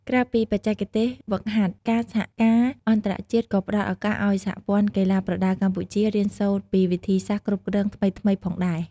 ក្រៅពីបច្ចេកទេសហ្វឹកហាត់ ការសហការអន្តរជាតិក៏ផ្តល់ឱកាសឲ្យសហព័ន្ធកីឡាប្រដាល់កម្ពុជា រៀនសូត្រពីវិធីសាស្ត្រគ្រប់គ្រងថ្មីៗផងដែរ។